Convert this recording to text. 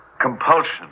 compulsion